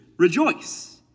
rejoice